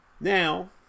Now